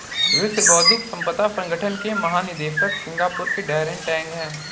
विश्व बौद्धिक संपदा संगठन के महानिदेशक सिंगापुर के डैरेन टैंग हैं